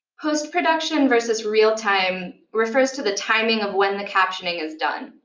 post production versus real-time refers to the timing of when the captioning is done.